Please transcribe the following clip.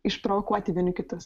išprovokuoti vieni kitus